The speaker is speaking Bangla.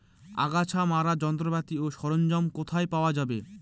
আগাছা মারার যন্ত্রপাতি ও সরঞ্জাম কোথায় পাওয়া যাবে?